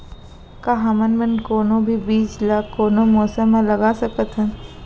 का हमन कोनो भी बीज ला कोनो मौसम म लगा सकथन?